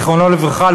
זיכרונו לברכה,